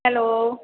hello